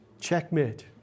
Checkmate